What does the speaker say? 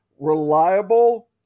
reliable